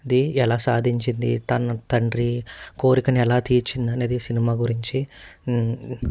ఇది ఎలా సాధించింది తన తండ్రి కోరికను ఎలా తీర్చింది అనేది సినిమా గురించి